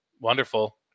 wonderful